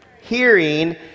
Hearing